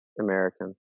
American